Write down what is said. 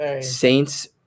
Saints